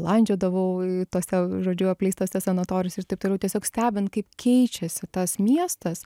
landžiodavau tose žodžiu apleistose sanatorijos ir taip toliau tiesiog stebint kaip keičiasi tas miestas